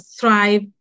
thrive